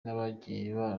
hagiye